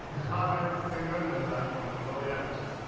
hi. my name's tingun, and i'm from mongolia, which is, you know,